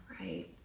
Right